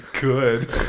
good